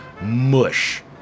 mush